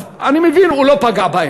אז, אני מבין, הוא לא פגע בהם.